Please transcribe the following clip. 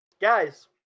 guys